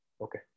Okay